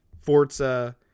Forza